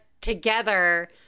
together